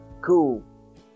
Cool